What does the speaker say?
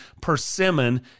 persimmon